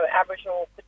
Aboriginal